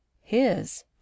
His